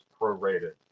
prorated